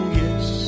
yes